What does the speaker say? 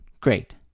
great